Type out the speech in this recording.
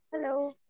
Hello